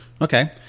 Okay